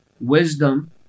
wisdom